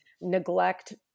neglect